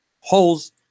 holes